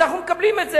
אנחנו מקבלים את זה.